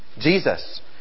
Jesus